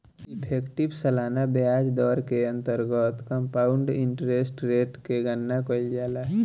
effective सालाना ब्याज दर के अंतर्गत कंपाउंड इंटरेस्ट रेट के गणना कईल जाला